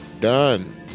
done